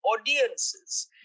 audiences